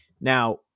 Now